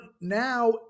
now